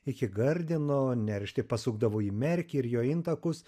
iki gardino neršti pasukdavo į merkį ir jo intakus